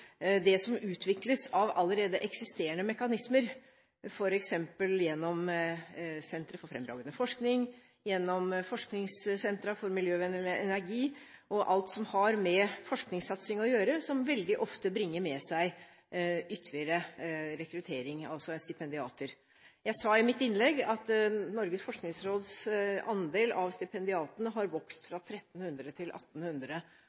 det som utvikles av allerede eksisterende mekanismer, f.eks. gjennom sentre for fremragende forskning, gjennom forskningssentre for miljøvennlig energi, og alt som har med forskningssatsing å gjøre, som veldig ofte bringer med seg ytterligere rekruttering, altså stipendiater. Jeg sa i mitt innlegg at Norges forskningsråds andel av stipendiatene har vokst